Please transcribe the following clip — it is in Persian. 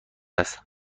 است